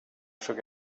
should